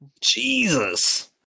Jesus